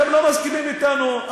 אתם לא מסכימים אתנו,